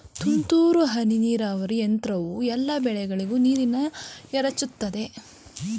ತುಂತುರು ಹನಿ ನೀರಾವರಿ ಯಂತ್ರವು ಎಲ್ಲಾ ಬೆಳೆಗಳಿಗೂ ನೀರನ್ನ ಎರಚುತದೆ